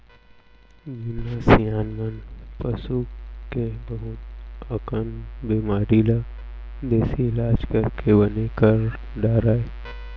जुन्ना सियान मन पसू के बहुत अकन बेमारी ल देसी इलाज करके बने कर डारय